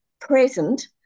present